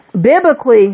Biblically